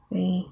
very